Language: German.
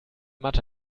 mathe